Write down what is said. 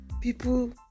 people